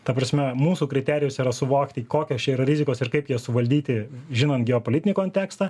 ta prasme mūsų kriterijus yra suvokti kokios čia yra rizikos ir kaip jas suvaldyti žinant geopolitinį kontekstą